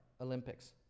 Olympics